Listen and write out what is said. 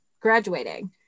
graduating